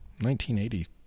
1980